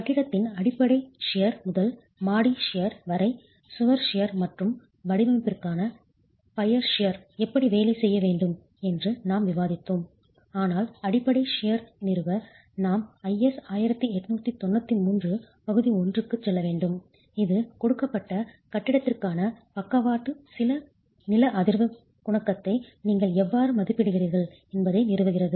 கட்டிடத்தின் அடிப்படை ஷியர் கத்தரிப்பது முதல் மாடி ஷியர் கத்தரிப்பது வரை சுவர் ஷியர் கத்தரிப்பது மற்றும் வடிவமைப்பிற்கான பையர் ஷியர் கத்தரிப்பது எப்படி வேலை செய்ய வேண்டும் என்று நாம் விவாதித்தோம் ஆனால் அடிப்படை ஷியர் கத்தரிப்பது நிறுவ நாம் IS 1893 பகுதி 1 க்கு செல்ல வேண்டும் இது கொடுக்கப்பட்ட கட்டிடத்திற்கான பக்கவாட்டு லேட்ரல் நில அதிர்வு குணகத்தை நீங்கள் எவ்வாறு மதிப்பிடுவீர்கள் என்பதை நிறுவுகிறது